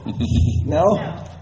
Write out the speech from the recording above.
No